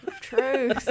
True